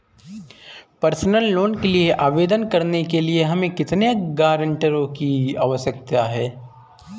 Personal loan के लिए आवेदन करने के लिए हमें कितने गारंटरों की आवश्यकता है?